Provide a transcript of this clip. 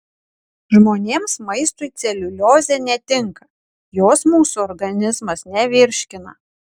žmonėms maistui celiuliozė netinka jos mūsų organizmas nevirškina